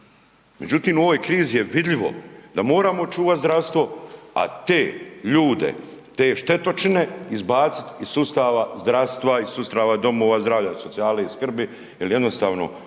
Međutim, u ovoj krizi je vidljivo da moramo čuvati zdravstvo, a te ljude, te štetočine izbaciti iz sustava zdravstva, iz sustava domova zdravlja, socijale i skrbi jer jednostavno